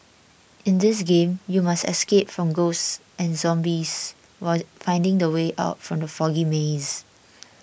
in this game you must escape from ghosts and zombies while finding the way out from the foggy maze